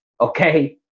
Okay